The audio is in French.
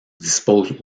dispose